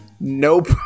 Nope